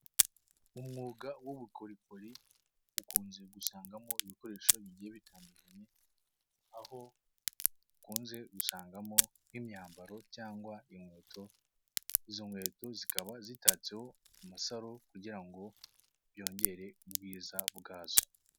Umwuga w'ubukorikori ukunze gusangamo ibikoresho bigiye bitandukanye, aho ukunze gusangamo nk'imyambaro cyangwa inkweto, izo nkweto zikaba zitatseho amasaro kugira ngo byongere ubwiza bwazo.